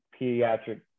pediatric